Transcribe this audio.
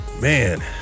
man